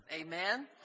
Amen